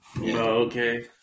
okay